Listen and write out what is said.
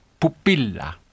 pupilla